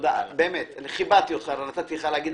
באמת, כיבדתי אותך ונתתי לך לדבר.